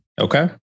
Okay